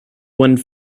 wind